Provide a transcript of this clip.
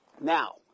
Now